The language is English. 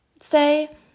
say